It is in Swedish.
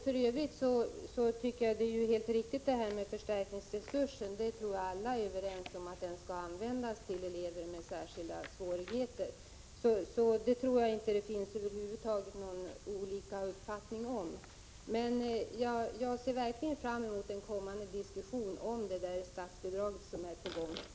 För övrigt tycker jag att det är helt riktigt att förstärkningsresursen skall användas till elever med särskilda svårigheter — det tror jag att alla är överens om. Jag tror inte att det finns olika uppfattningar om detta. Men jag ser verkligen fram emot en kommande diskussion om det statsbidrag som är på gång.